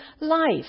life